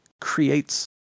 creates